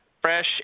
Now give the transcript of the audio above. fresh